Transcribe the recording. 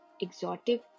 exotic